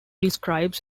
describes